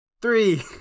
Three